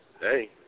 Hey